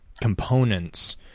components